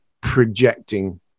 projecting